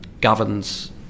governs